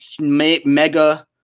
mega